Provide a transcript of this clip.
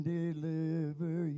deliver